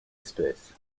espèce